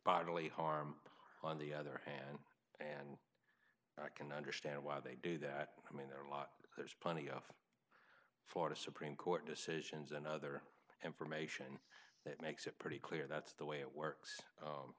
bodily harm on the other hand and i can understand why they do that i mean there are a lot there's plenty of florida supreme court decisions and other information that makes it pretty clear that's the way it works